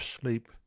sleep